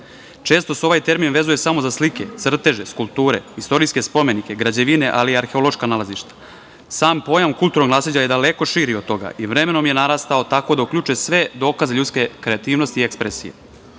se ovaj termin vezuje samo za slike, crteže, skulpture, istorijske spomenike, građevine, ali i arheološka nalazišta. Sam pojam kulturnog nasleđa je daleko širi od toga i vremenom je narastao tako da uključuje sve dokaze ljudske kreativnosti i ekspresije,